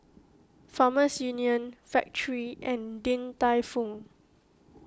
Farmers Union Factorie and Din Tai Fung